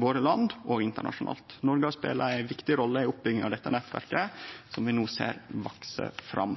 våre land og internasjonalt. Noreg har spela ei viktig rolle i oppbygginga av dette nettverket som vi no ser vekse fram.